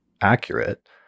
accurate